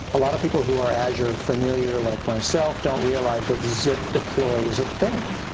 a lot of people who are azure familiar like myself don't realize that zip deploy is a thing.